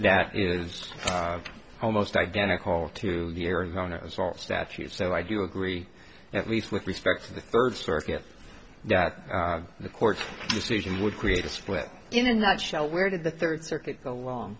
that is almost identical to the arizona assault statute so i do agree at least with respect to the third circuit that the court's decision would create a split in a nutshell where did the third circuit alon